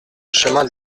chemin